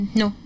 no